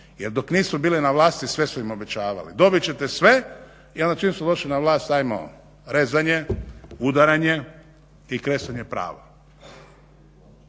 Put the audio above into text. Jer dok nisu bili na vlati sve su im obećavali, dobit ćete sve i onda čim su došli na vlast hajmo rezanje, udaranje i kresanje prava.